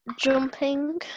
jumping